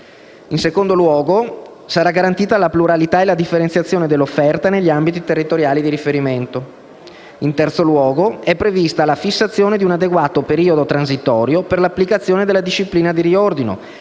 In secondo luogo, sarà garantita la pluralità e la differenziazione dell'offerta negli ambiti territoriali di riferimento. In terzo luogo, è prevista la fissazione di un adeguato periodo transitorio per l'applicazione della disciplina di riordino,